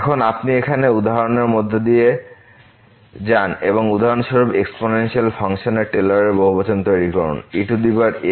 এখন যদি আপনি এখানে উদাহরণের মধ্য দিয়ে যান এবং উদাহরণস্বরূপ এক্সপোনেনশিয়াল ফাংশনের টেইলরের বহুবচন তৈরি করুন ex প্রায় x 0